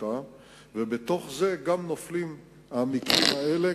ובתוך זה גם נופלים המקרים האלה,